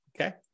Okay